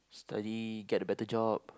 study get a better job